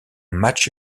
matchs